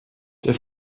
der